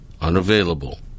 unavailable